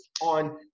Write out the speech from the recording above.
on